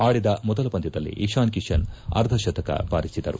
ಆಡಿದ ಮೊದಲ ಪಂದ್ಯದಲ್ಲಿ ಇಶಾನ್ ಕಿಶನ್ ಅರ್ಧಶತಕ ಬಾರಿಸಿದರು